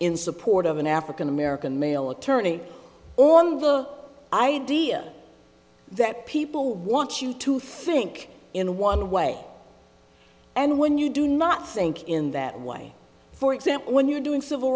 in support of an african american male attorney on the idea that people want you to think in one way and when you do not sink in that way for example when you're doing civil